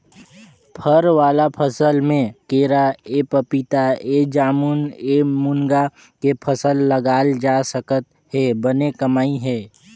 फर वाला फसल में केराएपपीताएजामएमूनगा के फसल लगाल जा सकत हे बने कमई हे